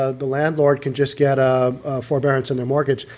ah the landlord can just get a forbearance and their mortgage.